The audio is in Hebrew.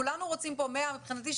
כולנו רוצים פה מבחינתי,